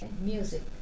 music